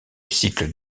cycle